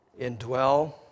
indwell